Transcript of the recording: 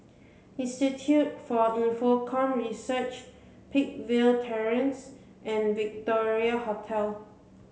Institute for Infocomm Research Peakville Terrace and Victoria Hotel